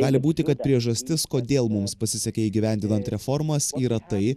gali būti kad priežastis kodėl mums pasisekė įgyvendinant reformas yra tai